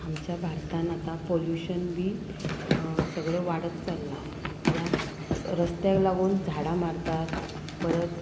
आमच्या भारतान आतां पोलुशन बी सगळें वाडत चल्लां कित्याक रस्त्याक लागून झाडां मारतात परत